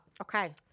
okay